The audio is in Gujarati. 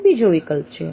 તે બીજો વિકલ્પ છે